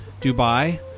Dubai